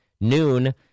noon